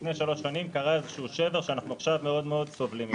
ולפני שלוש שנים קרה איזשהו שבר שאנחנו עכשיו מאוד סובלים ממנו.